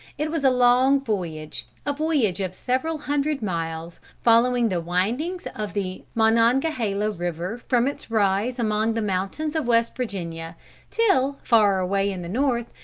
it was a long voyage, a voyage of several hundred miles, following the windings of the monongahela river from its rise among the mountains of western virginia till, far away in the north,